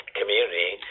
community